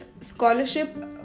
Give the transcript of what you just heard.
scholarship